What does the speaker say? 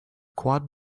quad